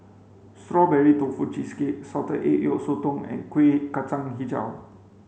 strawberry tofu cheesecake salted egg yolk Sotong and Kueh Kacang Hijau